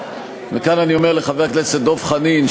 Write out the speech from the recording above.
וכאן אני אומר לחבר הכנסת דב חנין,